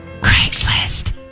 Craigslist